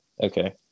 Okay